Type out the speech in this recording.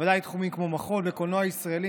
ובוודאי תחומים כמו מחול וקולנוע ישראלי